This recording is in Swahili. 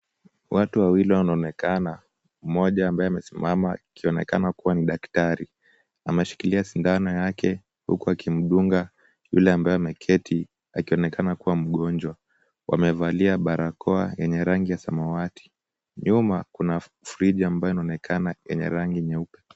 Watu wawili wanaonekana, mmoja ambaye amesimama akionekana kuwa ni daktari. Ameshikilia sindano yake huku akimdunga yule ambaye ameketi, akionekana kuwa mgonjwa. Wamevalia barakoa yenye rangi ya samawati. Nyuma kuna friji ambayo inaonekana yenye rangi nyeupe.